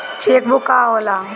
Check book का होला?